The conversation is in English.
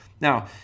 Now